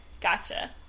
Gotcha